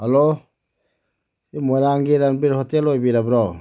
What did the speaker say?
hello ꯁꯤ ꯃꯣꯏꯔꯥꯡꯒꯤ ꯔꯟꯕꯤꯔ ꯍꯣꯇꯦꯜ ꯑꯣꯏꯕꯤꯔꯕ꯭ꯔꯣ